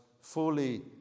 fully